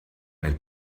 nel